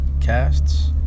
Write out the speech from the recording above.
Casts